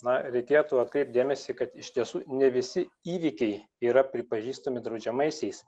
na reikėtų atkreipt dėmesį kad iš tiesų ne visi įvykiai yra pripažįstami draudžiamaisiais